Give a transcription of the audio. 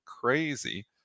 crazy